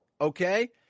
Okay